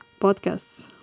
podcasts